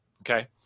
Okay